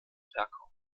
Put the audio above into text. verkauft